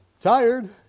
tired